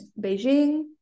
Beijing